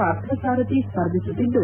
Parthasarathy ಸ್ಪರ್ಧಿಸುತ್ತಿದ್ದು